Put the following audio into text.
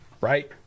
Right